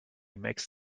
makes